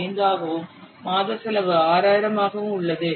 5 ஆகவும் மாத செலவு 6000 ஆகவும் உள்ளது